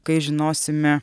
kai žinosime